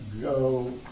go